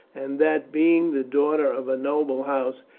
and that, being the daughter of a noble house,